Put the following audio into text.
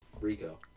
Rico